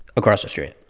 across the street,